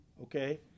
Okay